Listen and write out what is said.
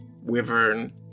wyvern